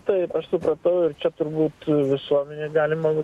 taip aš supratau ir čia turbūt visuomenę galima